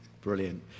Brilliant